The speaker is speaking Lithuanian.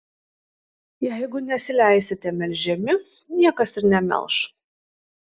jeigu nesileisite melžiami niekas ir nemelš